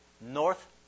North